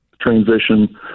transition